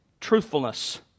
truthfulness